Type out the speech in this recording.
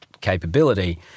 capability